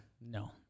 No